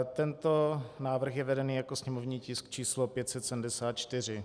Tento návrh je vedený jako sněmovní tisk č. 574.